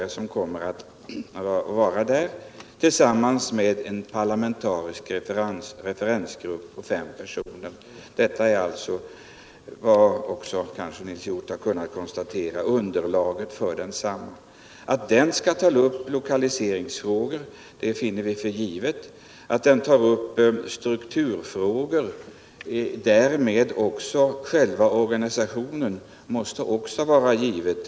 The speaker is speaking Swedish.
Dessa fackmän kommer att arbeta tillsammans med en parlamentarisk referensgrupp på fem personer. Att kommittén kommer att ta upp lokaliseringsfrågor anser vi vara givet. Att den även tar upp strukturfrågor och därmed också frågan om själva organisationen måste också anses vara givet.